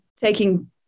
taking